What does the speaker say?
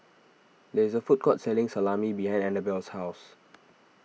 there is a food court selling Salami behind Annabel's house